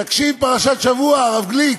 תקשיב, פרשת השבוע, הרב גליק.